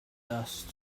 dust